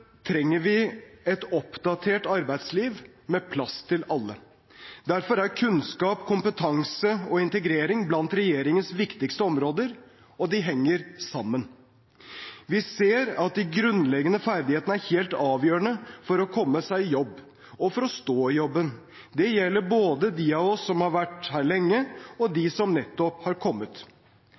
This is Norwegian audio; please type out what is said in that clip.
trenger vi et oppdatert arbeidsliv med plass til alle. Derfor er kunnskap, kompetanse og integrering blant regjeringens viktigste områder, og de henger sammen. Vi ser at de grunnleggende ferdighetene er helt avgjørende for å komme seg i jobb og for å stå i jobben. Det gjelder både de av oss som har vært her lenge og de som nettopp har kommet.